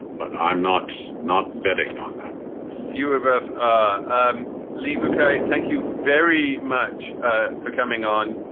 but i'm not not betting on that few of us ah leave. ok. thank you very much ah for coming on.